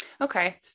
Okay